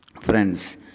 Friends